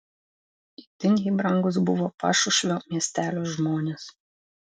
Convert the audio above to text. itin jai brangūs buvo pašušvio miestelio žmonės